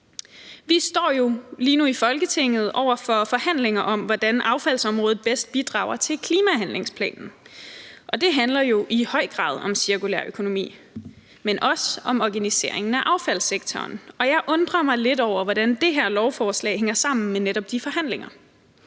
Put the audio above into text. Vi står jo i Folketinget lige nu over for forhandlinger om, hvordan affaldsområdet bedst bidrager til klimahandlingsplanen, og det handler jo i høj grad om cirkulær økonomi, men også om organiseringen af affaldssektoren, og jeg undrer mig lidt over, hvordan det her lovforslag hænger sammen med netop de forhandlinger.